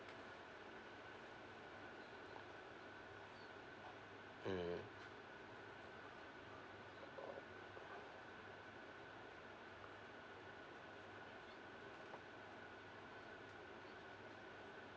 mm